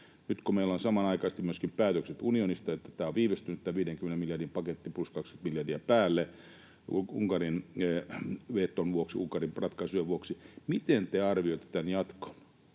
Nyt kun meillä on samanaikaisesti myöskin päätökset unionista, että tämä 50 miljardin paketti on viivästynyt, plus 20 miljardia päälle, Unkarin veton vuoksi, Unkarin ratkaisujen vuoksi, niin miten te arvioitte tämän jatkon?